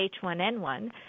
H1N1